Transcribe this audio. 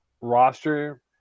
roster